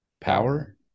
power